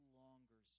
longer